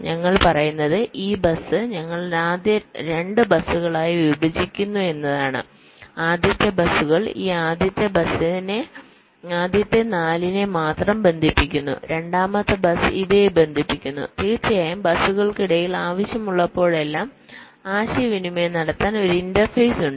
ഞങ്ങൾ പറയുന്നത് ഈ ബസ് ഞങ്ങൾ 2 ബസുകളായി വിഭജിക്കുന്നു എന്നാണ് ആദ്യത്തെ ബസുകൾ ഈ ആദ്യത്തെ 4 നെ മാത്രം ബന്ധിപ്പിക്കുന്നു രണ്ടാമത്തെ ബസ് ഇവയെ ബന്ധിപ്പിക്കുന്നു തീർച്ചയായും ബസുകൾക്കിടയിൽ ആവശ്യമുള്ളപ്പോഴെല്ലാം ആശയവിനിമയം നടത്താൻ ഒരു ഇന്റർഫേസ് ഉണ്ട്